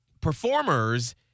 performers